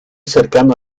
cercano